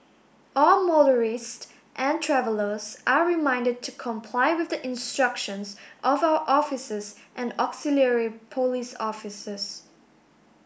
all motorist and travellers are reminded to comply with the instructions of our officers and auxiliary police officers